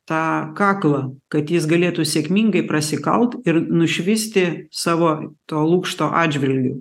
tą kaklą kad jis galėtų sėkmingai prasikalt ir nušvisti savo to lukšto atžvilgiu